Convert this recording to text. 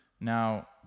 Now